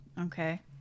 Okay